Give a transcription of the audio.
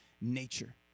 nature